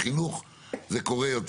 בחינוך זה קורה יותר.